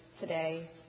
today